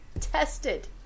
tested